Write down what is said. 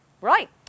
right